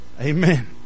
amen